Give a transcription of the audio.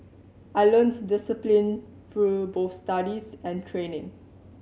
I learnt discipline through both studies and training